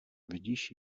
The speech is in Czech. vidíš